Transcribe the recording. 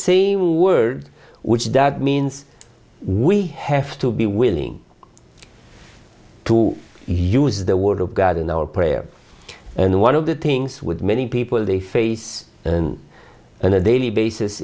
same word which that means we have to be willing to use the word of god in our prayer and one of the things with many people they face in a daily basis